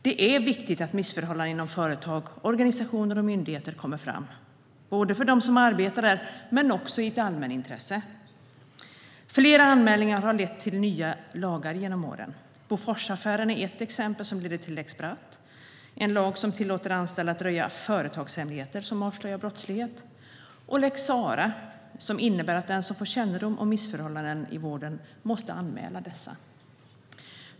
Det är viktigt att missförhållanden inom företag, organisationer och myndigheter kommer fram. Det är viktigt för dem som arbetar där, men det är också viktigt i ett allmänintresse. Flera anmälningar har lett till nya lagar genom åren. Boforsaffären är ett exempel som ledde till lex Bratt - en lag som tillåter anställda att röja företagshemligheter som avslöjar brottslighet. Lex Sarah innebär att den som får kännedom om missförhållanden i vården måste anmäla dem.